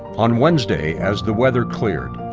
on wednesday, as the weather cleared,